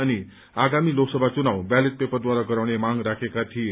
अनि आगामी लोकसभा चुनाव व्यालेट पेपरद्वारा गराउने मांग राखेका थिए